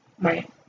Right